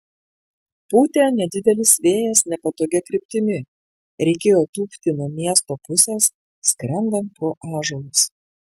pūtė nedidelis vėjas nepatogia kryptimi reikėjo tūpti nuo miesto pusės skrendant pro ąžuolus